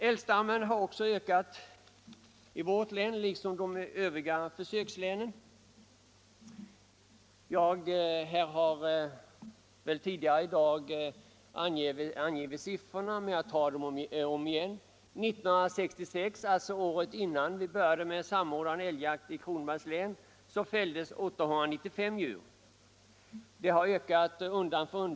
Älgstammen har också ökat i mitt hemlän, Kronobergs län, liksom i de övriga län där sådan här försöksverksamhet förekommit. Siffrorna har väl angivits tidigare här i dag, men jag tar dem om igen: 1966 — alltså året innan vi började med samordnad älgjakt i Kronobergs län — fälldes 895 djur. Antalet har ökat undan för undan.